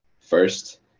first